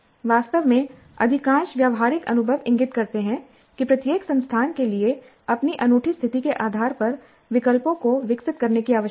वास्तव में अधिकांश व्यावहारिक अनुभव इंगित करते हैं कि प्रत्येक संस्थान के लिए अपनी अनूठी स्थिति के आधार पर विकल्पों को विकसित करने की आवश्यकता है